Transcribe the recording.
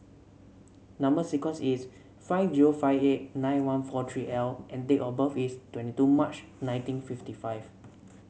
number sequence is five zero five eight nine one four three L and date of birth is twenty two March nineteen fifty five